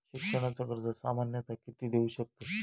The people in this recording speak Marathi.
शिक्षणाचा कर्ज सामन्यता किती देऊ शकतत?